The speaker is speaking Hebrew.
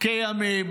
כימים